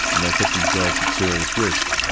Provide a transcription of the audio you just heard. and they put themselves at serious risk.